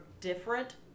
different